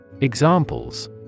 Examples